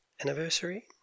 anniversary